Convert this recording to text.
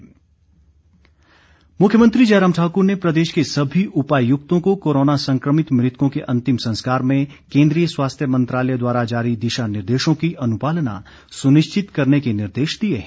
मुख्यमंत्री मुख्यमंत्री जयराम ठाकुर ने प्रदेश के सभी उपायुक्तों को कोरोना संकमित मृतकों के अंतिम संस्कार में केन्द्रीय स्वास्थ्य मंत्रालय द्वारा जारी दिशा निर्देशों की अनुपालना सुनिश्चित करने के निर्देश दिए हैं